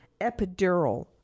Epidural